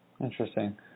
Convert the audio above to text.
Interesting